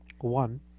one